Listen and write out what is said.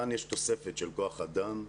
כאן יש תוספת של כוח אדם,